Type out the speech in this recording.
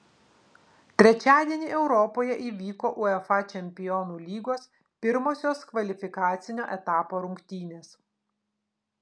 trečiadienį europoje įvyko uefa čempionų lygos pirmosios kvalifikacinio etapo rungtynės